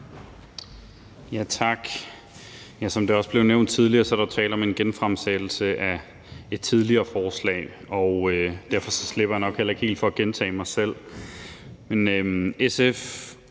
Tak. Som det også er blevet nævnt tidligere, er der tale om en genfremsættelse af et tidligere forslag, og derfor slipper jeg nok heller ikke helt for at gentage mig selv. SF